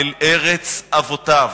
אל ארץ אבותיו.